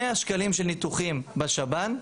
100 שקלים של ניתוחים בשב"ן,